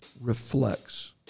reflects